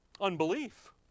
Unbelief